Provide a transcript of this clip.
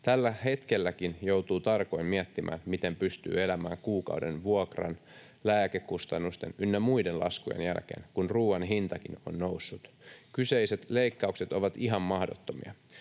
Tällä hetkelläkin joutuu tarkoin miettimään, miten pystyy elämään kuukauden vuokran, lääkekustannusten ynnä muiden laskujen jälkeen, kun ruuan hintakin on noussut. Kyseiset leikkaukset ovat ihan mahdottomia.